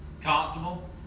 comfortable